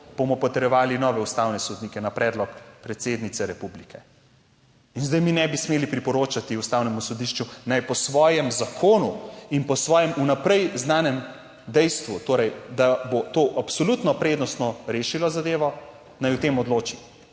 bomo potrjevali nove ustavne sodnike na predlog predsednice republike. In zdaj mi ne bi smeli priporočati Ustavnemu sodišču, naj po svojem zakonu in po svojem vnaprej znanem dejstvu, torej da bo to absolutno prednostno rešilo zadevo, naj o tem odloči?